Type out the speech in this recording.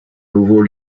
nouveau